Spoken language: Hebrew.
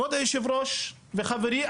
כבוד היושב-ראש וחברי,